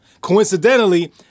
Coincidentally